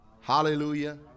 Hallelujah